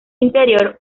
interior